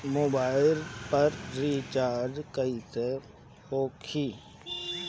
Mobile पर recharge कैसे होखी?